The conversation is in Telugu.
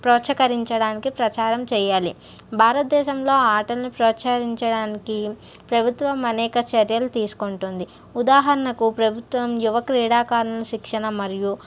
ప్రొత్సహించడానికి ప్రచారం చేయాలి భారతదేశంలో ఆటలను ప్రోత్సహించడానికి ప్రభుత్వం అనేక చర్యలు తీసుకుంటుంది ఉదాహరణకు ప్రభుత్వం యువ క్రీడాకారులను శిక్షణ మరియు